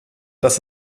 das